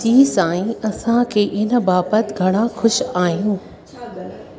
जी साईं असांखे इन बाबति घणा ख़ुशि आहियूं